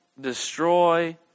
destroy